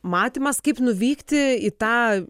matymas kaip nuvykti į tą